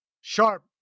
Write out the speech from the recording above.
sharp